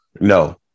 no